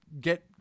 get